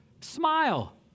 Smile